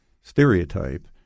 stereotype